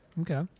Okay